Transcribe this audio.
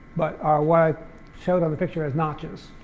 but are what shown on the picture as notches.